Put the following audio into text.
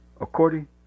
According